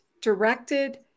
directed